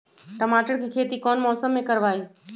टमाटर की खेती कौन मौसम में करवाई?